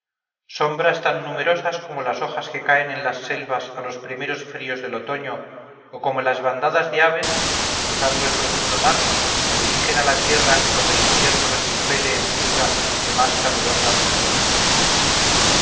sombras tan numerosas como las hojas que caen en las selvas a los primeros fríos del otoño o como las bandadas de aves que cruzando el profundo mar se dirigen a la tierra cuando el invierno las impele en busca de más calurosas regiones